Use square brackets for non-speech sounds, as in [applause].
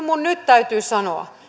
[unintelligible] minun nyt täytyy sanoa